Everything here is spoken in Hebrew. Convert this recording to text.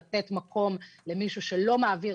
לתת מקום למישהו שלא מעביר,